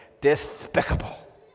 despicable